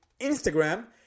Instagram